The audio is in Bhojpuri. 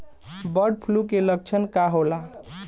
बर्ड फ्लू के लक्षण का होला?